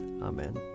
Amen